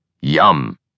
Yum